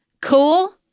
cool